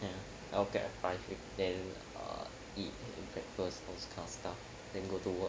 ya I wake up at five then eat breakfast those kind of stuff then go to work